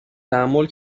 تحمل